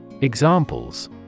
Examples